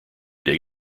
dig